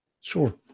Sure